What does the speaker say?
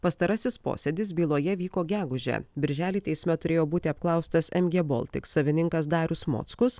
pastarasis posėdis byloje vyko gegužę birželį teisme turėjo būti apklaustas mg baltic savininkas darius mockus